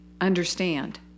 understand